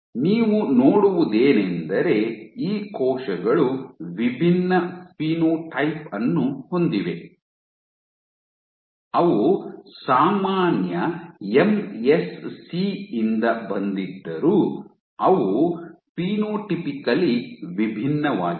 ನೀವು ನೋಡುವುದೇನೆಂದರೆ ಈ ಕೋಶಗಳು ವಿಭಿನ್ನ ಫಿನೋಟೈಪ್ ಅನ್ನು ಹೊಂದಿವೆ ಅವು ಸಾಮಾನ್ಯ ಎಂಎಸ್ಸಿ ಯಿಂದ ಬಂದಿದ್ದರೂ ಅವು "ಫಿನೋಟೈಪಿಕಲಿ ವಿಭಿನ್ನವಾಗಿವೆ"